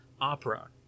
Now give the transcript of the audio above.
opera